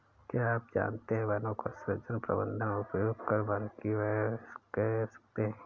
क्या आप जानते है वनों का सृजन, प्रबन्धन, उपयोग कर वानिकी व्यवसाय कर सकते है?